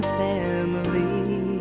family